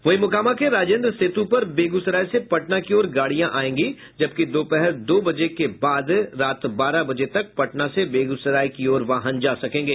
वहीं मोकामा के राजेंद्र सेतु पर बेगूसराय से पटना की ओर गाड़ियां आयेंगी जबकि दोपहर दो बजे के बाद रात बारह बजे तक पटना से बेगूसराय की ओर वाहन जा सकेंगे